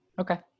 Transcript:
okay